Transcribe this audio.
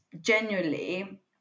genuinely